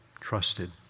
trusted